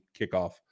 kickoff